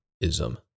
ism